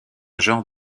genre